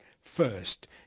First